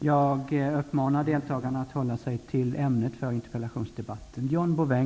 Jag uppmanar deltagarna att hålla sig till ämnet för interpellationsdebatten.